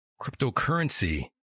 cryptocurrency